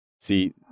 See